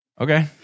Okay